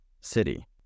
city